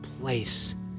place